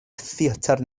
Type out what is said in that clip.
theatr